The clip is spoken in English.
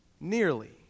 Nearly